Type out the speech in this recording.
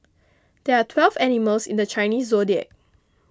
there are twelve animals in the Chinese zodiac